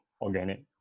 organic